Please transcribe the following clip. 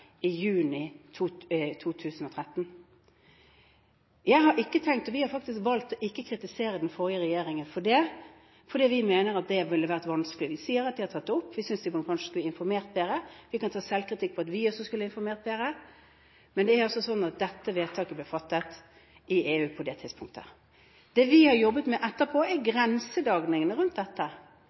Vi har valgt ikke å kritisere den forrige regjeringen for det, fordi vi mener at det ville vært vanskelig. De sier at de har tatt det opp – vi synes kanskje de skulle informert bedre. Vi kan ta selvkritikk på at vi også skulle ha informert bedre, men det er altså sånn at dette vedtaket ble fattet i EU på det tidspunktet. Det vi har jobbet med etterpå, er grensedragningene rundt dette.